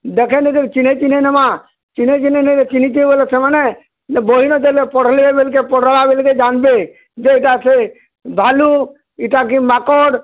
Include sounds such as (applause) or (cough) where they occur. ଦେଖେଇ ନେଇକରି ଚିହ୍ନେଁଇ ଚିହ୍ନେଁଇ ନମାଁ ଚିହ୍ନେଁଇ ଚିହ୍ନେଁଇ (unintelligible) କରି ଚିହ୍ନିଥିବେ ବୋଲେ ସେମାନେ ବହିନ ଦେଲ ପଢ଼୍ଲେ ବେଲକେ ପଧ୍ଲା ବେଲ୍କେ ଜାନ୍ବେ ଯେ ଏଇଟାକେ ଭାଲୁ ଏଇଟାକେ ମାକଡ଼୍